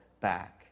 back